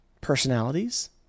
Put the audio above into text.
personalities